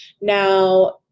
Now